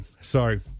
Sorry